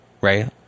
right